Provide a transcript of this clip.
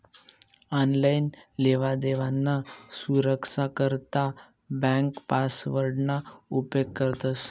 online लेवादेवाना सुरक्सा करता ब्यांक पासवर्डना उपेग करतंस